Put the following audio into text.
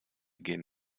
gehen